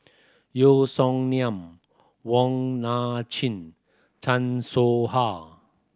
Yeo Song Nian Wong Nai Chin Chan Soh Ha